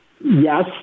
yes